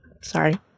sorry